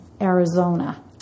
Arizona